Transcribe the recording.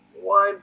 one